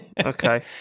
Okay